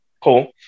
Cool